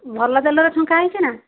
ଭଲ ତେଲରେ ଛଙ୍କା ହେଇଛି ନା